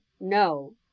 no